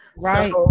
Right